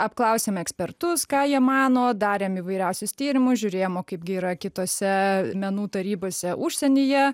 apklausėm ekspertus ką jie mano darėm įvairiausius tyrimus žiūrėjom o kaipgi yra kitose menų tarybose užsienyje